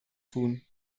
tun